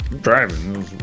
driving